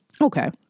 Okay